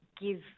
give